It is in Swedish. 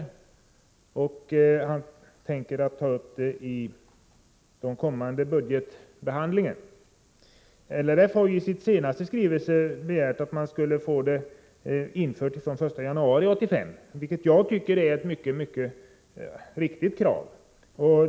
Jordbruksministern säger vidare att frågan skall prövas vid höstens budgetarbete. LRF har i sin senaste skrivelse begärt att detta skulle införas från den 1 januari 1985, vilket jag anser är ett mycket berättigat krav.